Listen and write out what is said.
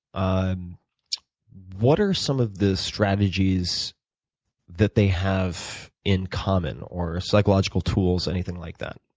um what are some of the strategies that they have in common or psychological tools, anything like that?